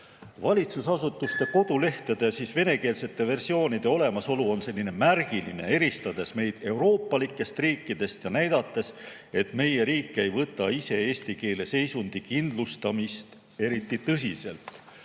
Valitsusasutuste kodulehtede venekeelse versiooni olemasolu on märgiline. See eristab meid euroopalikest riikidest ja näitab, et meie riik ei võta eesti keele seisundi kindlustamist eriti tõsiselt,